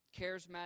charismatic